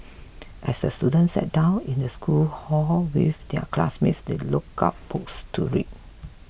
as the students sat down in the school hall with their classmates they look out books to read